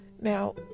Now